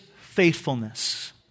faithfulness